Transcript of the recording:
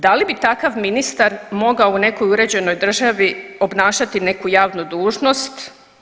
Da li bi takav ministar mogao u nekoj uređenoj državi obnašati neku javno dužnost?